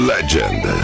Legend